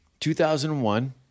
2001